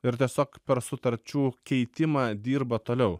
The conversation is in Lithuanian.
ir tiesiog per sutarčių keitimą dirba toliau